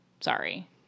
Sorry